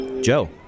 Joe